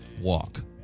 walk